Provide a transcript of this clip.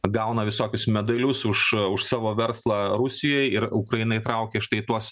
gauna visokius medalius už už savo verslą rusijoj ir ukraina įtraukia į štai tuos